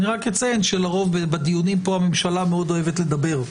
אני רק אציין שלרוב בדיונים פה הממשלה מאוד אוהבת לדבר.